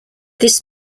this